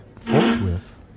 Forthwith